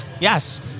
yes